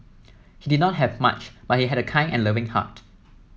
he did not have much but he had a kind and loving heart